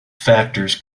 factors